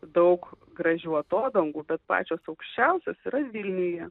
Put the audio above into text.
daug gražių atodangų bet pačios aukščiausios yra vilniuje